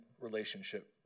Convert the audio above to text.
relationship